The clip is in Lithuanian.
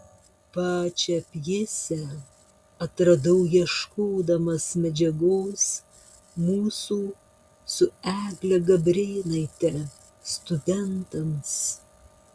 pačią pjesę atradau ieškodamas medžiagos mūsų su egle gabrėnaite studentams